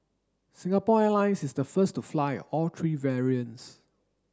Singapore Airlines is the first to fly all three variants